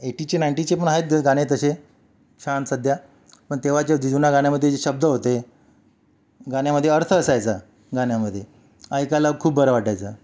एटीचे नाईन्टीचे पण आहेत गाणे तसे छान सध्या पण तेव्हा जे जी जुन्या गाण्यामध्ये जे शब्द होते गाण्यामध्ये अर्थ असायचा गाण्यामध्ये ऐकायला खूप बरं वाटायचं